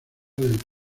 del